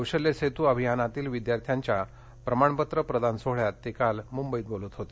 कौशल्यसेतू अभियानातील विद्यार्थ्याच्या प्रमाणपत्र प्रदान सोहळ्यात ते काल बोलत होते